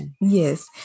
yes